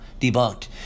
debunked